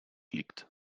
liegt